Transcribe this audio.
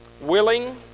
willing